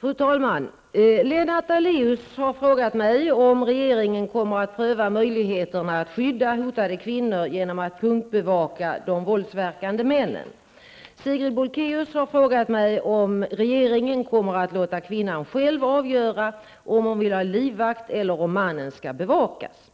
Fru talman! Lennart Daléus har frågat mig om regeringen kommer att pröva möjligheterna att skydda hotade kvinnor genom att punktbevaka de våldsverkande männen. Sigrid Bolkéus har frågat mig om regeringen kommer att låta kvinnan själv avgöra om hon vill ha livvakt eller om mannen skall bevakas.